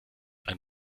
ein